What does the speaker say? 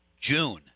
june